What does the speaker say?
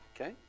Okay